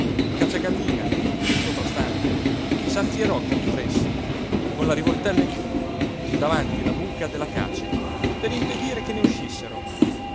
calcara cacciagallina il soprastante s'affierò contr'essi con la rivoltella in pugno davanti la buca della cace per impedire che ne uscissero